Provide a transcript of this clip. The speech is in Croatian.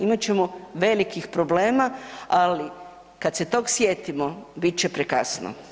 Imat ćemo velikih problema, ali kad se tog sjetimo bit će prekasno.